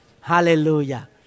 Hallelujah